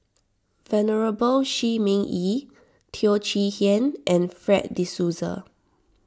Venerable Shi Ming Yi Teo Chee Hean and Fred De Souza